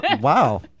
Wow